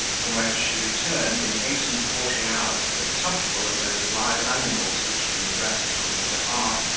from whence she returned in eight-and-forty hours with a tub full of those live animals, which being dressed according to art,